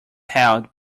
held